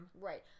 right